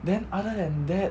then other than that